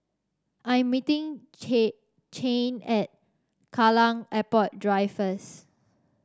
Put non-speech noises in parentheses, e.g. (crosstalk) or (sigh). I am meeting (unintelligible) Cheyanne at Kallang Airport Drive first